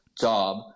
job